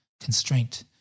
constraint